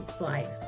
life